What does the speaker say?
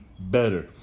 better